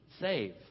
Save